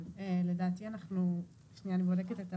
שנייה, אני בודקת את הפקודה.